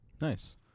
Nice